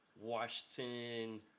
Washington